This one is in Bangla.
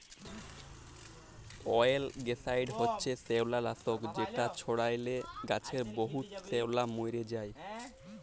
অয়েলগ্যাসাইড হছে শেওলালাসক যেট ছড়াইলে গাহাচে বহুত শেওলা মইরে যায়